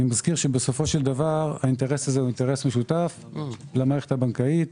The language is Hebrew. אני מזכיר שבסופו של דבר האינטרס הזה הוא משותף למערכת הבנקאית,